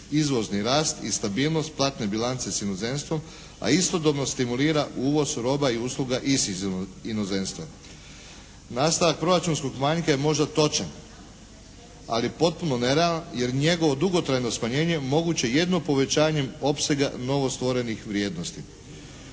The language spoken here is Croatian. izvozni rast i stabilnost platne bilance s inozemstvom, a istodobno stimulira uvoz roba i usluga iz inozemstva. Nastavak proračunskog manjka je možda točan ali je potpuno nerealan jer njegovo dugotrajno smanjenje moguće je jedino povećanjem opsega novostvorenih vrijednosti.